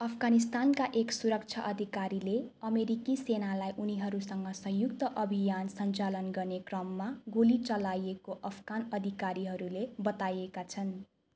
अफगानिस्तानका एक सुरक्षा अधिकारीले अमेरिकी सेनालाई उनीहरूसँग संयुक्त अभियान सञ्चालन गर्ने क्रममा गोली चलाएको अफगान अधिकारीहरूले बताएका छन्